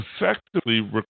effectively